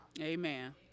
Amen